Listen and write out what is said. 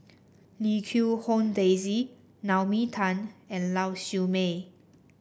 Lim Quee Hong Daisy Naomi Tan and Lau Siew Mei